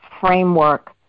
framework